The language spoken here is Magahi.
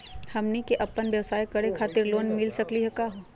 हमनी क अपन व्यवसाय करै खातिर लोन मिली सकली का हो?